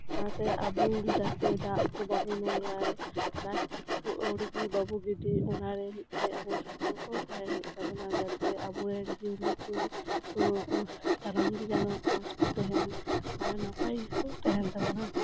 ᱚᱱᱟᱛᱮ ᱟᱵᱚ ᱡᱟᱛᱮ ᱫᱟᱜᱠᱩᱵᱩ ᱵᱟᱵᱩ ᱱᱚᱝᱨᱟᱭ ᱯᱞᱟᱥᱴᱤᱠᱠᱚ ᱟᱹᱛᱷᱣᱲᱤᱜᱤ ᱵᱟᱵᱚ ᱜᱤᱰᱤᱭ ᱚᱱᱟᱨᱮ ᱢᱤᱫ ᱴᱮᱡ ᱥᱚᱛᱚᱨᱠᱚ ᱛᱟᱦᱮᱸ ᱦᱳᱭᱳᱜ ᱛᱟᱵᱚᱱᱟ ᱡᱟᱛᱮ ᱟᱵᱚᱨᱮᱱ ᱡᱤᱭᱟᱹᱞᱤᱠᱚ ᱥᱟᱱᱟᱢᱜᱮ ᱡᱮᱱᱚ ᱢᱚᱸᱡᱽ ᱠᱚ ᱛᱟᱦᱮᱱ ᱟᱨ ᱱᱟᱯᱟᱭᱜᱮᱠᱚ ᱛᱟᱦᱮᱱ ᱛᱟᱵᱚᱱᱟ